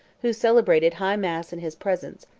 who celebrated high mass in his presence,